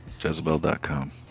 Jezebel.com